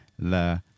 La